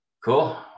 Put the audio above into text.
Cool